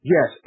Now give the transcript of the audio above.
Yes